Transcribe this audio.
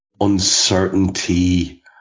uncertainty